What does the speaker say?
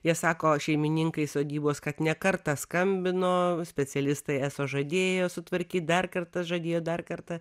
jie sako šeimininkai sodybos kad ne kartą skambino specialistai eso žadėjo sutvarkyt dar kartą žadėjo dar kartą